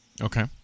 Okay